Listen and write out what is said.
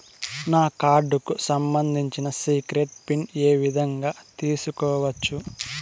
నా కార్డుకు సంబంధించిన సీక్రెట్ పిన్ ఏ విధంగా తీసుకోవచ్చు?